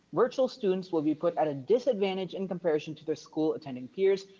virtual students will be put at a disadvantage in comparison to their school attending peers,